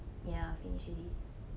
ya finish already